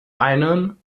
einen